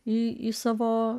į savo